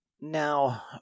Now